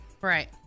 right